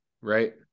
right